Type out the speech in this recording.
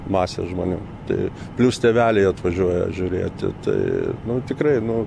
masė žmonių tai plius tėveliai atvažiuoja žiūrėti tai nu tikrai nu